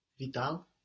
Vital